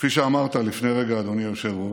כפי שאמרת לפני רגע, אדוני היושב-ראש,